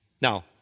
Now